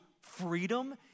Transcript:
freedom